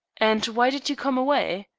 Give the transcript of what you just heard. and why did you come away?